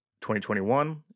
2021